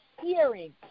hearing